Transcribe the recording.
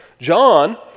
John